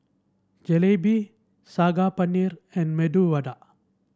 Jalebi Saag Paneer and Medu Vada